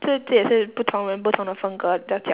这这也是不同人不同的风格和